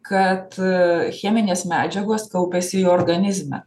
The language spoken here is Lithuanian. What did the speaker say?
kad cheminės medžiagos kaupiasi organizme